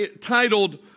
titled